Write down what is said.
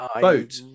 boat